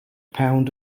pound